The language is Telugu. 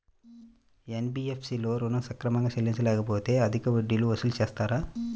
ఎన్.బీ.ఎఫ్.సి లలో ఋణం సక్రమంగా చెల్లించలేకపోతె అధిక వడ్డీలు వసూలు చేస్తారా?